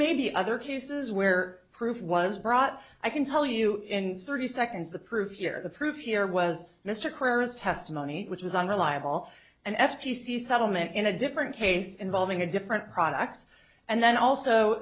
may be other cases where proof was brought i can tell you in thirty seconds the proof you're the proof here was mr chris testimony which was unreliable and f t c settlement in a different case involving a different product and then also